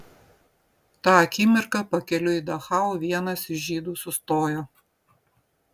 tą akimirką pakeliui į dachau vienas iš žydų sustojo